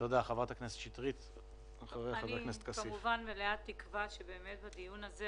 אני מלאת תקווה שבדיון הזה,